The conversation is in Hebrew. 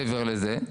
מעבר לזה,